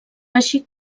així